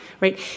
Right